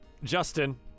Justin